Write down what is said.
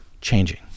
changing